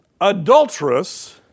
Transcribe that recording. Adulterous